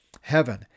heaven